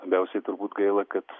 labiausiai turbūt gaila kad